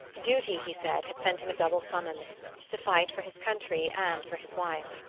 duty, he said, had sent him a double summons to fight for his country and for his wife.